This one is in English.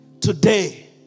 Today